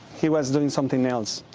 he was doing something else.